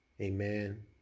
Amen